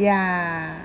ya